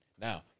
Now